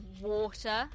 water